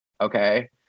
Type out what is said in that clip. Okay